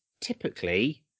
typically